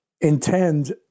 intend